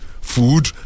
food